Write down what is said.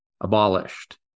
abolished